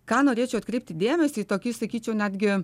ką norėčiau atkreipti dėmesį į tokį sakyčiau netgi